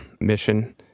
mission